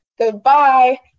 Goodbye